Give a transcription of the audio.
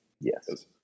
Yes